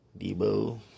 Debo